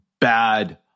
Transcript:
bad